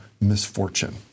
misfortune